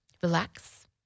Relax